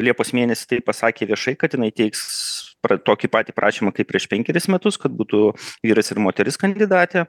liepos mėnesį tai pasakė viešai kad jinai teiks pra tokį patį prašymą kaip prieš penkerius metus kad būtų vyras ir moteris kandidatė